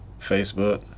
Facebook